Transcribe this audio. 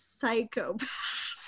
psychopath